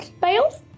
Bales